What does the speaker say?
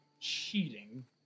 cheating